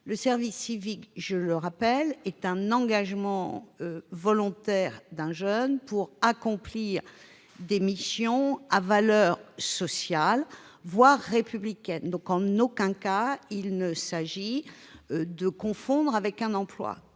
Le service civique, je le rappelle, est un engagement volontaire d'un jeune pour accomplir des missions à valeur sociale, voire républicaine. Il ne faut en aucun cas confondre cette mission avec un emploi.